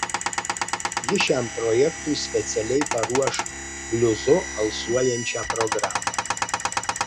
ji šiam projektui specialiai paruoš bliuzu alsuojančią programą